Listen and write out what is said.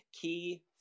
key